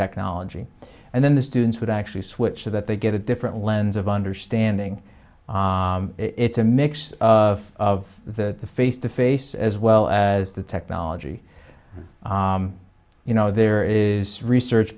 technology and then the students would actually switch so that they get a different lens of understanding it's a mix of that the face to face as well as the technology you know there is research